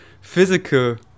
physical